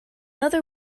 other